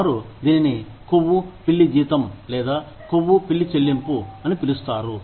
వారు దీనిని కొవ్వు పిల్లి జీతం లేదా కొవ్వు పిల్లి చెల్లింపు అని పిలుస్తారు